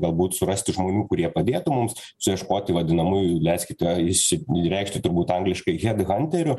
galbūt surasti žmonių kurie padėtų mums suieškoti vadinamųjų leiskite išsireikšti turbūt angliškai hedhanterių